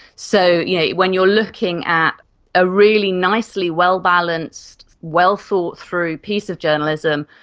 so yeah when you are looking at a really nicely well-balanced, well thought through piece of journalism,